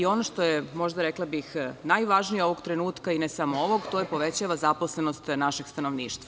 Ono što je možda, rekla bih, najvažnije ovog trenutka i ne samo ovog, to je – povećava zaposlenost našeg stanovništva.